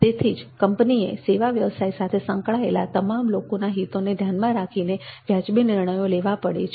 તેથી જ કંપનીએ સેવા વ્યવસાય સાથે સંકળાયેલા તમામ લોકોના હિતોને ધ્યાનમાં રાખીને વ્યાજબી નિર્ણયો લેવા પડે છે